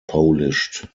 polished